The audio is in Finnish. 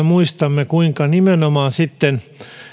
muistamme kuinka tämän seurauksena sitten